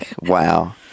wow